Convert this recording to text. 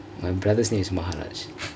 my brother's name is maharaj